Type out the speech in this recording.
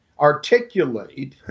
articulate